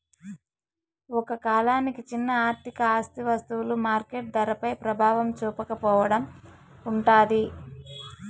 ఒక కాలానికి చిన్న ఆర్థిక ఆస్తి వస్తువులు మార్కెట్ ధరపై ప్రభావం చూపకపోవడం ఉంటాది